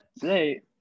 Today